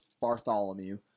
Bartholomew